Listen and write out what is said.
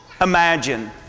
imagine